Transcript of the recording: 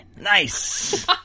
Nice